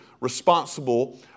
responsible